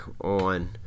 on –